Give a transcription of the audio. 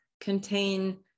contain